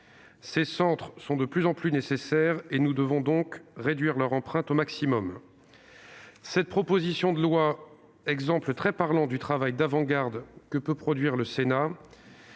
Ces centres seront de plus en plus nécessaires : nous devons donc réduire leur empreinte au maximum. Cette proposition de loi, exemple très parlant du travail d'avant-garde que peut produire le Sénat,